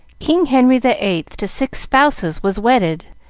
king henry the eighth to six spouses was wedded,